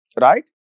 right